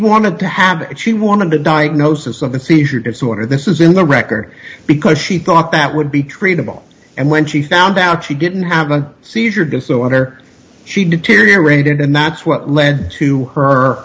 wanted to have it she wanted a diagnosis of the seizure disorder this is in the record because she thought that would be treatable and when she found out she didn't have a seizure disorder she deteriorated and that's what led to her